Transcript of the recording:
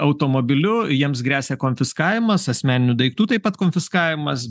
automobiliu jiems gresia konfiskavimas asmeninių daiktų taip pat konfiskavimas